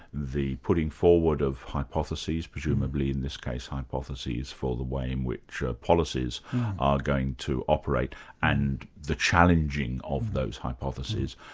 the putting forward of hypotheses, presumably in this case hypotheses for the way in which policies are going to operate and the challenging of those hypotheses,